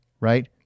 Right